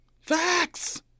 Facts